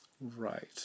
Right